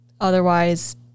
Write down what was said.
Otherwise